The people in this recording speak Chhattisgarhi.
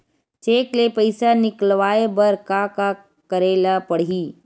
चेक ले पईसा निकलवाय बर का का करे ल पड़हि?